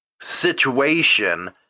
situation